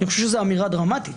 זאת אמירה דרמטית.